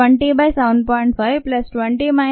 520 7